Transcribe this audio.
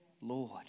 Lord